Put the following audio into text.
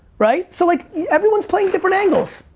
right? so like everyone's playing different angles.